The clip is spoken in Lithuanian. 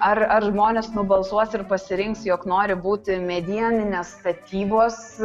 ar ar žmonės nubalsuos ir pasirinks jog nori būti medieninės statybos